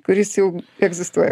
kuris jau egzistuoja